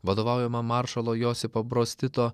vadovaujama maršalo josifo brostito